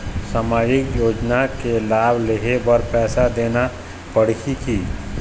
सामाजिक योजना के लाभ लेहे बर पैसा देना पड़ही की?